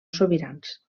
sobirans